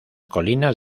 colinas